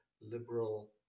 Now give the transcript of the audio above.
liberal